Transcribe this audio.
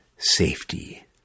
Safety